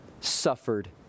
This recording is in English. suffered